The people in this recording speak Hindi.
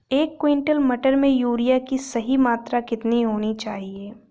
एक क्विंटल मटर में यूरिया की सही मात्रा कितनी होनी चाहिए?